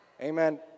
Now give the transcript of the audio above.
Amen